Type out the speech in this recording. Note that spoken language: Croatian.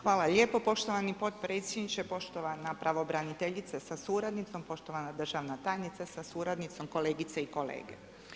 Hvala lijepo poštovani potpredsjedniče, poštovana pravobraniteljice sa suradnicom, poštovana državna tajnice sa suradnicom, kolegice i kolege.